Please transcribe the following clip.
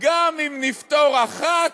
גם אם נפתור אחת,